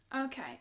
Okay